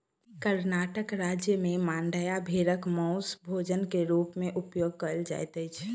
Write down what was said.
कर्णाटक राज्य में मांड्या भेड़क मौस भोजन के रूप में उपयोग कयल जाइत अछि